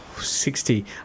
sixty